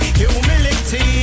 humility